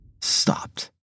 stopped